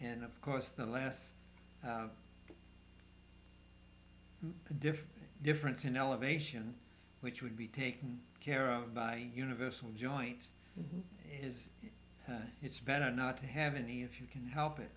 and of course the last different difference in elevation which would be taken care of by universal joints is it's better not to have any if you can help it